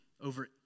over